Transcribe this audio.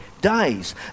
days